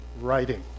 Writing